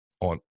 on